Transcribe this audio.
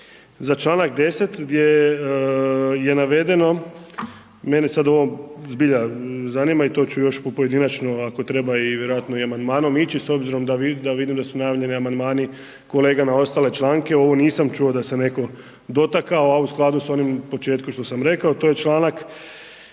za čl. 10. gdje je navedeno, mene sad ovo zbilja zanima i to ću još u pojedinačno, ako treba i vjerojatno i amandmanom ići s obzirom da vidim da su najavljeni amandmani kolega na ostale članke, ovo nisam čuo da se netko dotakao, a u skladu s onim u početku što sam rekao, to je čl. 10.